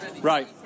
Right